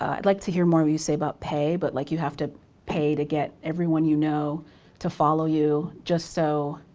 i'd like to hear more of you say about pay, but like you have to pay to get everyone you know to follow you just so.